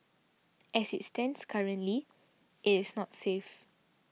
as it stands currently it is not safe